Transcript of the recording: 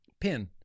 pin